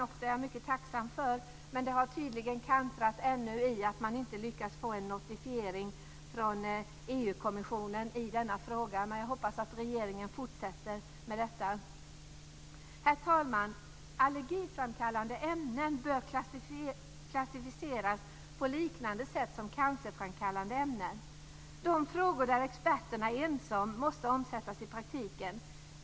Det är jag mycket tacksam för, men det här har tydligen kantrat i och med att man inte har lyckats få en notifiering från EU-kommissionen i denna fråga. Men jag hoppas att regeringen fortsätter med detta. Herr talman! Allergiframkallande ämnen bör klassificeras på liknande sätt som cancerframkallande ämnen. De frågor som experterna är ense om måste omsättas i praktiken.